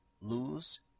lose